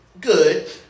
good